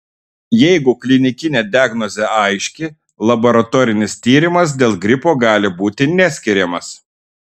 jeigu klinikinė diagnozė aiški laboratorinis tyrimas dėl gripo gali būti neskiriamas